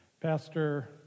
Pastor